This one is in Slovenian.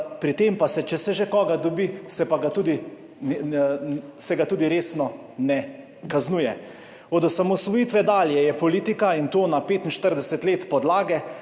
pri tem pa se, če se že koga dobi, se ga tudi resno ne kaznuje. Od osamosvojitve dalje je politika in to na 45 let podlage,